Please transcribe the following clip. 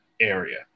area